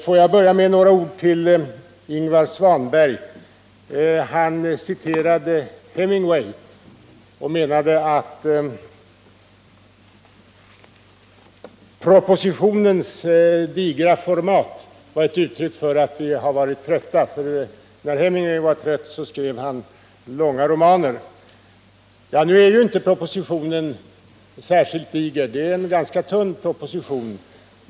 Får jag börja med några ord till Ingvar Svanberg. Han citerade Hemingway och menade att propositionens digra format var ett uttryck för att vi varit trötta, för när Hemingway var trött skrev han långa romaner. Nu är ju inte propositionen särskilt diger, den är ganska tunn.